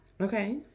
Okay